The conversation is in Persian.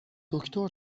دکتر